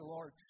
Lord